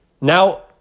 Now